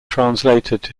translated